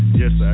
yes